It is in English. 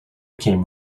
came